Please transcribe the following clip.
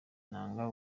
inanga